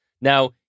Now